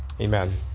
Amen